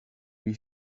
lui